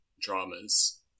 dramas